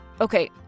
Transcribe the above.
Okay